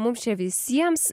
mums čia visiems